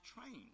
trained